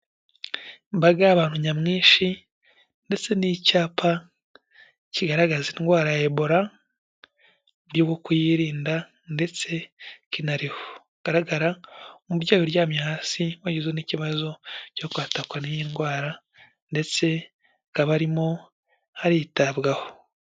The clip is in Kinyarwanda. Imbaga y'abantu nyamwinshi ndetse n'icyapa kigaragaza indwara ya ebora, kiriho kuyirinda ndetse kinarigaragara mu byo uryamye, hasi wazo n'ikibazo cyo kwatakakwa n'iyi ndwara ndetse kabarimo haritabwaho.